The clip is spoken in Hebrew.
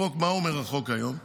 מה אומר החוק היום?